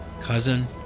cousin